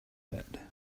had